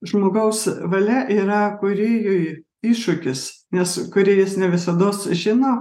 žmogaus valia yra kūrėjui iššūkis nes kūrėjas ne visados žino